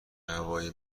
هوای